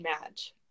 match